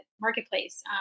marketplace